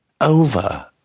over